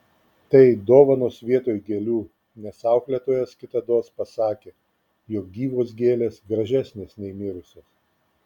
tai dovanos vietoj gėlių nes auklėtojas kitados pasakė jog gyvos gėlės gražesnės nei mirusios